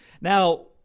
Now